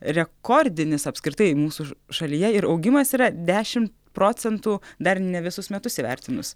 rekordinis apskritai mūsų šalyje ir augimas yra dešim procentų dar ne visus metus įvertinus